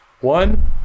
One